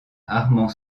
arnaud